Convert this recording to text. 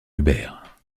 hubert